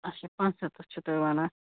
اچھا پانٛژھ سَتَتھ چھِو تُہۍ وَنان